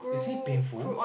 is it painful